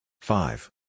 five